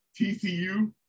TCU